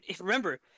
remember